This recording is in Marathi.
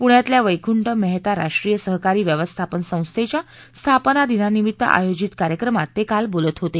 पुण्यातल्या वक्की मेहता राष्ट्रीय सहकारी व्यवस्थापन संस्थेच्या स्थापना दिनानिमित्त आयोजित कार्यक्रमात ते काल बोलत होते